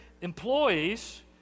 employees